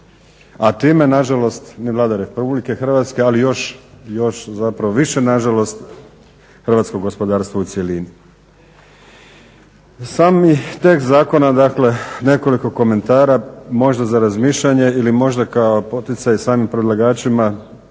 A time nažalost ni Vlada Republike Hrvatske, ali još zapravo više nažalost hrvatsko gospodarstvo u cjelini. Sam tekst zakona dakle nekoliko komentara možda za razmišljanje ili možda kao poticaj samim predlagačima,